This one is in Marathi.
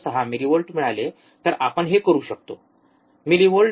६ मिलीव्होल्ट मिळाले तर आपण हे करू शकतो